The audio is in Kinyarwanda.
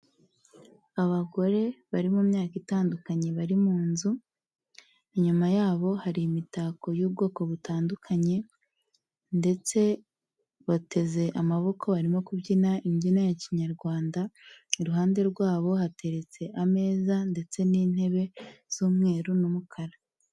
Abagore bari mu myaka itandukanye, bari mu nzu inyuma yabo hari imitako y'ubwoko butandukanye, ndetse bateze amaboko barimo kubyina imbyino ya Kinyarwanda. Iruhande rwabo hateretse ameza ndetse n'intebe z'umweru n'umukara.